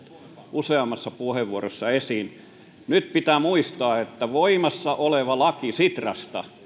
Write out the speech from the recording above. useammassa puheenvuorossa esiin nyt pitää muistaa että voimassa oleva laki sitrasta